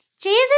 Jesus